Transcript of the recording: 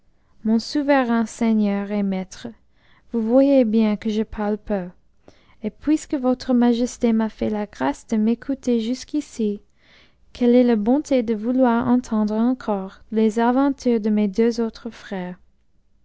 mon souverain seigneur et maître vous voyez bien que je parle peu et puisque votre majesté m'a fait la grâce de m'écouter jusqu'ici qu'elle ait la bonté de vouloir entendre encore les aventures de mes deux autres frères